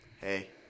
hey